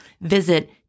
Visit